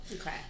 Okay